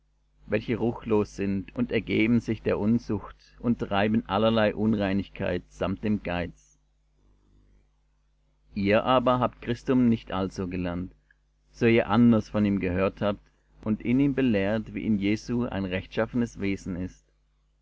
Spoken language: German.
welche ruchlos sind und ergeben sich der unzucht und treiben allerlei unreinigkeit samt dem geiz ihr aber habt christum nicht also gelernt so ihr anders von ihm gehört habt und in ihm belehrt wie in jesu ein rechtschaffenes wesen ist